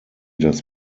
das